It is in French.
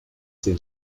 ces